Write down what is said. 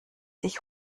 sich